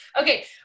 Okay